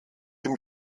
dem